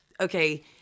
okay